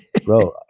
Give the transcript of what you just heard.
Bro